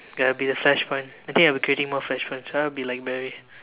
got to be the flash point I think I'll be creating more flash points I'll be like Barry